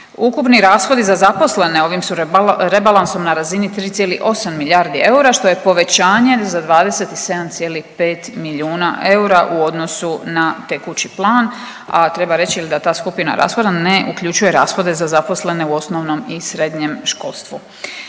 Ukupni rashodi za zaposlene ovim su rebalansom na razini 3,8 milijardi eura što je povećanje za 27,5 milijuna eura u odnosu na tekući plan, a treba reći da ta skupina rashoda ne uključuje rashode za zaposlene u osnovnom i srednjem školstvu.